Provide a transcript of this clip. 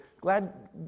Glad